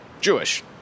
Jewish